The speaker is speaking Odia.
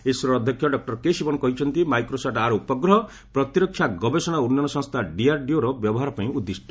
ଇସ୍ରୋର ଅଧ୍ୟକ୍ଷ ଡକ୍ଟର କେଶିବନ୍ କହିଛନ୍ତି ମାଇକ୍ୱୋସାଟ୍ ଆର୍ ଉପଗହ ପ୍ରତିରକ୍ଷା ଗବେଷଣା ଓ ଉନ୍ୟନ ସଂସ୍ଥା ଡିଆର୍ଡିଓର ବ୍ୟବହାର ପାଇଁ ଉଦ୍ଦିଷ୍ଟ